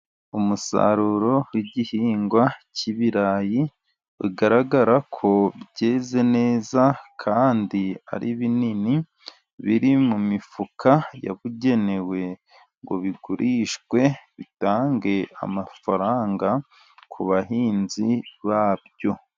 Umusaruro w'igihingwa cy'ibirayi bigaragara ko byeze neza kandi ari binini, biri mu mifuka yabugenewe ngo bigurishwe bitange amafaranga ku bahinzi babyo.